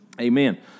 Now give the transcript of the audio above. amen